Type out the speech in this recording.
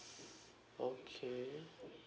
okay